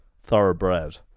thoroughbred